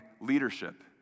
leadership